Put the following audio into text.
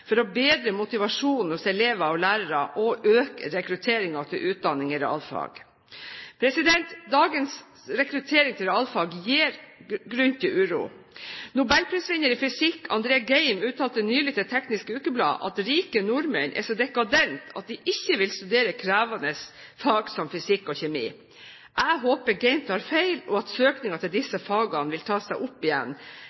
for å bedre motivasjonen hos elever og lærere for å øke rekrutteringen til utdanning i realfag. Dagens rekruttering i realfag gir grunn til uro. Nobelprisvinner i fysikk, André Geim, uttalte nylig til Teknisk Ukeblad at rike nordmenn er så dekadente at de ikke vil studere krevende fag som fysikk og kjemi. Jeg håper Geim tar feil, og at søkning til